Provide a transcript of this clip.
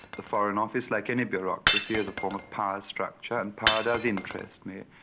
the foreign office, like any bureaucracy, is a form of power structure, and power does interest me,